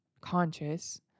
conscious